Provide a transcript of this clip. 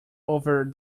over